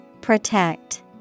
Protect